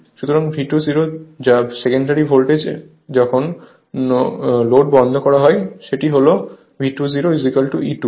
সুতরাং V2 0 যা secondary voltage যখন লোড বন্ধ করা হয় সেটি হল V2 0 E2